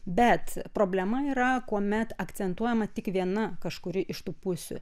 bet problema yra kuomet akcentuojama tik viena kažkuri iš tų pusių